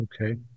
okay